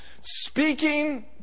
Speaking